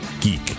geek